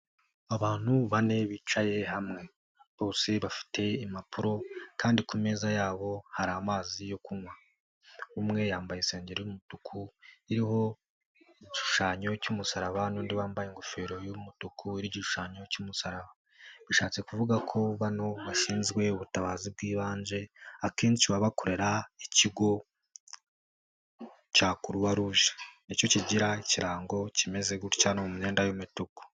abantu bane bicaye hamwe. Bose bafite impapuro, kandi ku meza yabo hari amazi yo kunywa. Umwe yambaye isengeri y'umutuku, iriho igishushanyo cy'umusaraba, n'undi wambaye ingofero y'umutuku iriho igishushanyo cy'umusaraba, bishatse kuvuga ko bano bashinzwe ubutabazi bw'ibanze, akenshi baba bakorera ikigo cya Croix Rouge. Ni cyo kigira ikirango kimeze gutya n' imyenda y'imituku.